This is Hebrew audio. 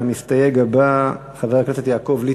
המסתייג הבא, חבר הכנסת יעקב ליצמן.